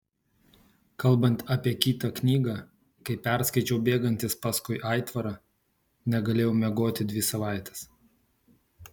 kalbant apie kitą knygą kai perskaičiau bėgantis paskui aitvarą negalėjau miegoti dvi savaitės